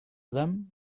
them